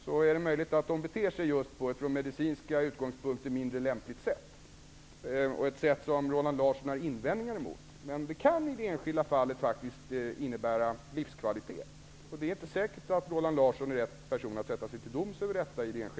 Det är möjligt att de från medicinska utgångspunkter beter sig på ett mindre lämpligt sätt -- ett sätt som Roland Larsson har invändningar mot. Men i det enskilda fallet kan det faktiskt innebära livskvalitet. Det är inte säkert att Roland Larsson är rätt person att sätta sig till doms över det här.